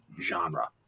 genre